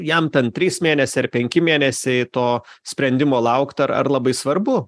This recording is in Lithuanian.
jam ten trys mėnesiai ar penki mėnesiai to sprendimo laukt ar ar labai svarbu